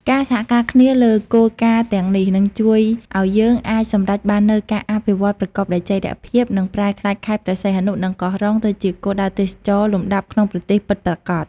ការសហការគ្នាលើគោលការណ៍ទាំងនេះ នឹងជួយឲ្យយើងអាចសម្រេចបាននូវការអភិវឌ្ឍប្រកបដោយចីរភាព និងប្រែក្លាយខេត្តព្រះសីហនុ និងកោះរ៉ុង ទៅជាគោលដៅទេសចរណ៍លំដាប់ក្នុងប្រទេសពិតប្រាកដ។